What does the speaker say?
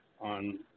on